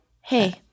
Hey